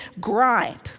grind